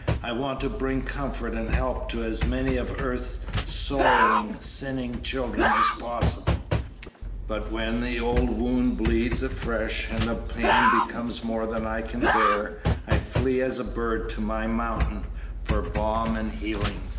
i want to bring comfort and help to as many of earth's sorrowing, sinning children as possible but when the old wound bleeds afresh and the pain becomes more than i can bear i flee as a bird to my mountain for balm and healing.